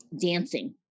dancing